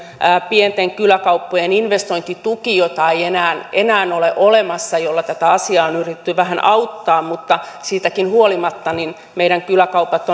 pienten kyläkauppojen investointituki jota ei enää enää ole olemassa ja jolla tätä asiaa on yritetty vähän auttaa mutta siitäkin huolimatta meidän kyläkauppamme